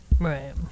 Right